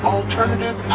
Alternative